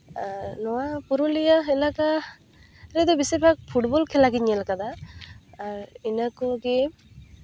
ᱱᱚᱣᱟ ᱯᱩᱨᱩᱞᱤᱭᱟᱹ ᱮᱞᱟᱠᱟ ᱨᱮᱫᱚ ᱵᱮᱥᱤᱨ ᱵᱷᱟᱜᱽ ᱯᱷᱩᱴᱵᱚᱞ ᱠᱷᱮᱞᱟ ᱜᱮᱧ ᱧᱮᱞ ᱠᱟᱫᱟ ᱟᱨ ᱤᱱᱟᱹ ᱠᱚᱜᱮ